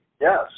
Yes